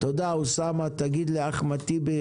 תודה אוסאמה, תגיד לאחמד טיבי